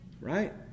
Right